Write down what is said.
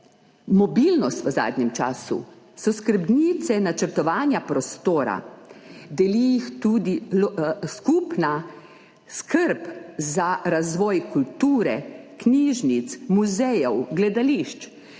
mobilnost, so skrbnice načrtovanja prostora, deli jih tudi skupna skrb za razvoj kulture, knjižnic, muzejev, gledališč,